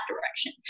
direction